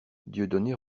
dieudonné